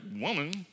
woman